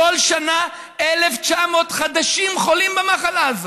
בכל שנה 1,900 חדשים חולים במחלה הזאת.